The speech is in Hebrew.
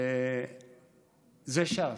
זה ש"ס.